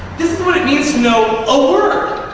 this is what it means to know a word.